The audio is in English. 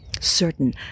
certain